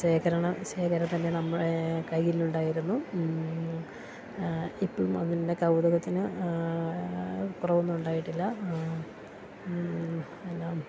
ശേഖരംതന്നെ നമ്മളുടെ കയ്യിലുണ്ടായിരുന്നു ഇപ്പോഴും അതിൻ്റെ കൗതുകത്തിന് കുറവൊന്നും ഉണ്ടായിട്ടില്ല എല്ലാം